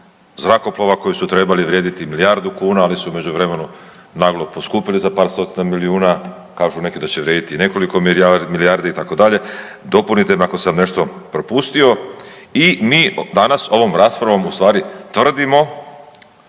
zrakoplova koji su trebali vrijediti milijardu kuna, ali su u međuvremenu naglo poskupili za par stotina milijuna, kažu neki da će vrijediti i nekoliko milijardi, i tako dalje, dopunite me ako sam nešto propustio, i mi danas ovom raspravom u stvari tvrdimo,